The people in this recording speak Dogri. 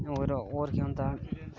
होर होर केह् होंदा